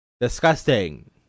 Disgusting